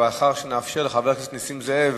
אבל לאחר שנאפשר לחבר הכנסת נסים זאב